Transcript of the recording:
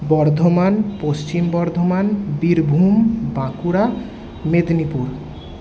Bardhaman Paschim Bardhaman Birbhum Bankura Medinipur